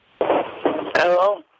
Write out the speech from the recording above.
Hello